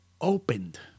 opened